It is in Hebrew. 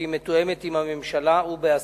והיא מתואמת עם הממשלה ובהסכמתה.